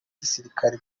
gisirikare